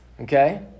Okay